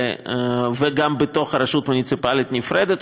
וגם בתוך רשות מוניציפלית נפרדת.